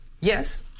Yes